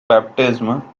baptism